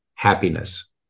happiness